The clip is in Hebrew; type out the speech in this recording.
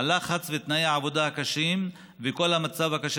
הלחץ ותנאי העבודה הקשים וכל המצב הקשה